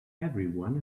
everyone